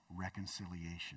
reconciliation